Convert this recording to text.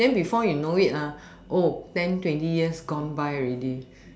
then before you know it ah oh ten twenty years gone by ready